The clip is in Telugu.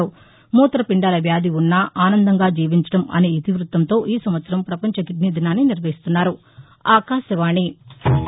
మూతపిండాల వ్యాధి ఉన్నా ఆనందంగా జీవించడం అనే ఇతివృత్తంతో ఈ సంవత్సరం పపంచ కిడ్నీ దినాన్ని నిర్వహిస్తున్నారు